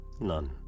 none